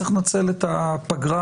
צריך לנצל את הפגרה